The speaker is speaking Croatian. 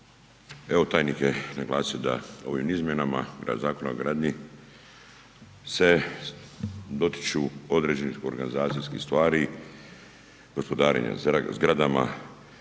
evo tajnik je naglasio da ovim izmjenama Zakona o gradnji se dotiču određenih organizacijskih stvari, gospodarenja zgradama,